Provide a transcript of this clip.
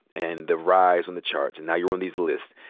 and the rise on the charts. and now, you're on these lists.